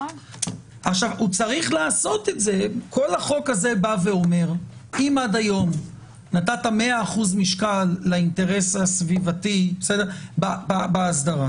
כל החוק הזה אומר שאם עד היום נתת 100% משקל לאינטרס הסביבתי באסדרה